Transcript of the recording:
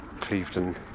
Clevedon